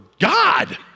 God